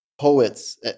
poets